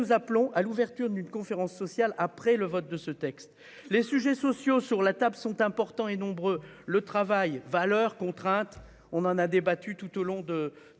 appelons à l'ouverture d'une conférence sociale après le vote de ce texte. Les sujets sociaux qui sont sur la table sont importants et nombreux. Le travail comme valeur ou contrainte- nous en avons débattu ces derniers